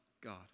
God